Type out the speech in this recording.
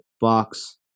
box